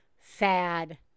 sad